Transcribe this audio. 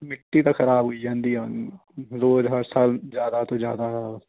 ਮਿੱਟੀ ਤਾਂ ਖਰਾਬ ਹੋਈ ਜਾਂਦੀ ਆ ਰੋਜ਼ ਹਰ ਸਾਲ ਜ਼ਿਆਦਾ ਤੋਂ ਜ਼ਿਆਦਾ